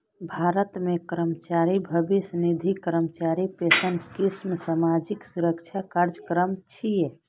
भारत मे कर्मचारी भविष्य निधि, कर्मचारी पेंशन स्कीम सामाजिक सुरक्षा कार्यक्रम छियै